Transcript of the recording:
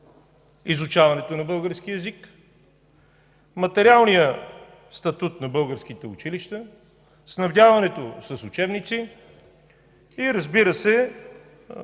изучаването на българския език, материалния статут на българските училища, снабдяването с учебници и, разбира се,